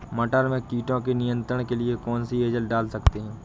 मटर में कीटों के नियंत्रण के लिए कौन सी एजल डाल सकते हैं?